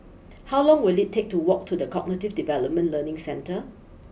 how long will it take to walk to the Cognitive Development Learning Centre